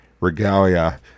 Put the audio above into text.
regalia